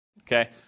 okay